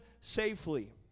safely